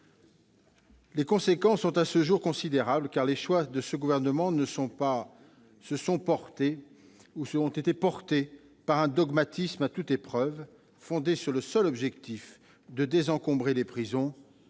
Les conséquences sont à ce jour considérables, car les choix de ce gouvernement ont été portés par un dogmatisme à toute épreuve, fondé le seul objectif de désencombrer les prisons,